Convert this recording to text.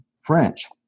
French